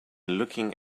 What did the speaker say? looking